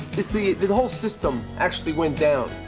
see, the the whole system actually went down.